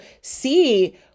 see